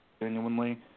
genuinely